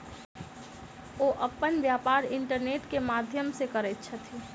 ओ अपन व्यापार इंटरनेट के माध्यम से करैत छथि